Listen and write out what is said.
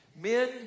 Men